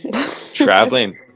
Traveling